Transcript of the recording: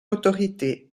autorité